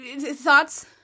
Thoughts